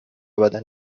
بدن